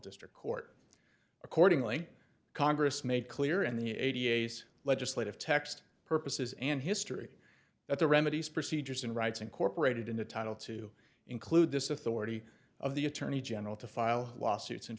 district court accordingly congress made clear in the a d a s legislative text purposes and history that the remedies procedures and rights incorporated in the title to include this authority of the attorney general to file lawsuits in